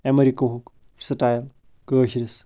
ایٚمرِکہٕ ہُک سِٹایِل کٲشرس